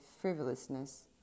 frivolousness